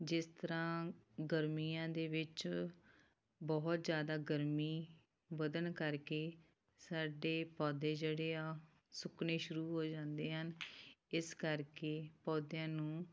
ਜਿਸ ਤਰਾਂ ਗਰਮੀਆਂ ਦੇ ਵਿੱਚ ਬਹੁਤ ਜ਼ਿਆਦਾ ਗਰਮੀ ਵਧਣ ਕਰਕੇ ਸਾਡੇ ਪੌਦੇ ਜਿਹੜੇ ਆ ਸੁੱਕਣੇ ਸ਼ੁਰੂ ਹੋ ਜਾਂਦੇ ਹਨ ਇਸ ਕਰਕੇ ਪੌਦਿਆਂ ਨੂੰ